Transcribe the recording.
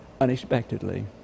unexpectedly